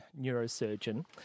neurosurgeon